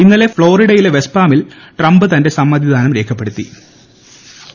ഇന്നലെ ഫ്ളോറിഡ്യിലെ വെസ്റ്റ് പാമിൽ ട്രംപ് തന്റെ സമ്മതിദാനം രേഖപ്പെടുത്തി്